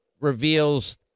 reveals